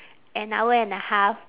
an hour and a half